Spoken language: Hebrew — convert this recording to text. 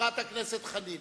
חברת הכנסת חנין.